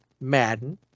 Madden